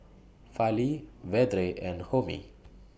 Fali Vedre and Homi